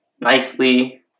nicely